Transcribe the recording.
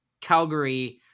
Calgary